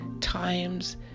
times